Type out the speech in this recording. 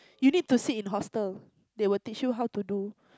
you need to sit in hostel they will teach you how to do